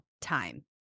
time